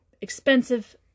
expensive